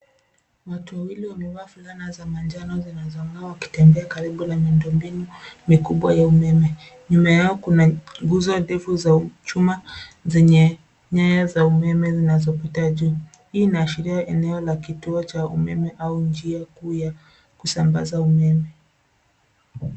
Watu wawili wamevaa fulana za manjano zinazong'aa wakitembea karibu na miundo mbinu mikubwa ya umeme. Nyuma yao kuna nguzo ndevu za chuma zenye nyaya za umeme zinazopita juu. Hii inaashiria eneo la kituo cha umeme au njia kuu ya kusambaza umeme.